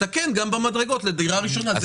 תתקן גם במדרגות לדירה ראשונה.